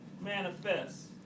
manifest